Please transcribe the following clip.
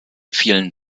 fielen